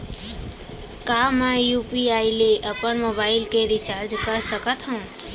का मैं यू.पी.आई ले अपन मोबाइल के रिचार्ज कर सकथव?